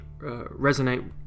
resonate